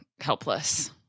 helpless